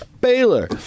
Baylor